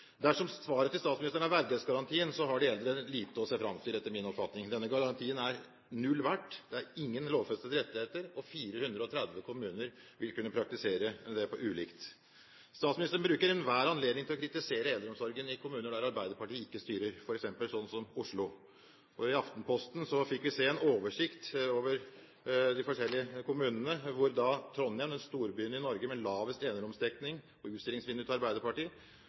eldre lite å se fram til, etter min oppfatning. Denne garantien er null verdt. Det er ingen lovfestede rettigheter, og 430 kommuner vil kunne praktisere det ulikt. Statsministeren bruker enhver anledning til å kritisere eldreomsorgen i kommuner der Arbeiderpartiet ikke styrer, f.eks. i Oslo. I Aftenposten fikk vi se en oversikt over de forskjellige kommunene, hvor Trondheim – som er den storbyen i Norge med lavest eneromsdekning, og utstillingsvinduet til Arbeiderpartiet